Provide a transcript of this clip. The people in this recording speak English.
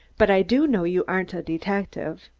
but i do know you aren't a detective.